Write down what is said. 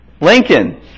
Lincoln